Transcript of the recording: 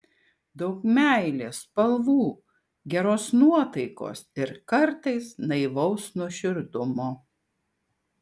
daug meilės spalvų geros nuotaikos ir kartais naivaus nuoširdumo